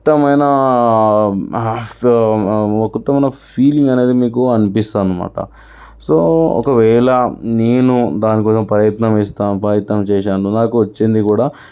కొత్తమైన స కొత్తమైన ఫీలింగ్ అనేది మీకు అనిపిస్తుంది అనమాట సో ఒకవేళ నేను దానికోసం ప్రయత్నం ఇస్తాను ప్రయత్నం చేసాను నాకు వచ్చింది కూడా